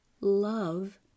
love